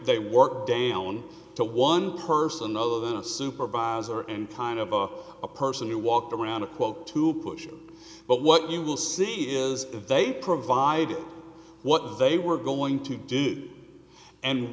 they work down to one person other than a supervisor and kind of a person who walked around a quote to push but what you will see is if they provide what they were going to do and